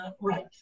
Right